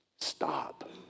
Stop